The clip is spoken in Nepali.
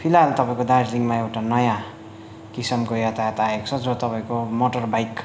फिलहाल तपाईँको दार्जिलिङमा एउटा नयाँ किसमको यातायात आएको छ जो तपाईँको मोटरबाइक